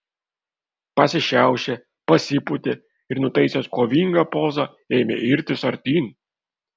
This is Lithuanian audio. pasišiaušė pasipūtė ir nutaisęs kovingą pozą ėmė irtis artyn